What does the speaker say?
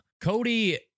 Cody